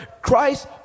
Christ